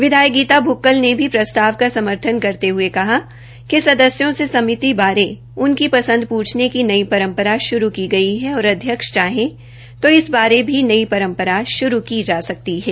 विधायक गीता भुक्कल ने भी प्रस्ताव का समर्थन करते हये कहा कि सदस्यों से समिति बारे उनकी पसंद पूछने की नई परम्परा श्रू की गई है और अध्यक्ष चाहे तो इस बारे भी नई परम्परा शुरू हो सकती है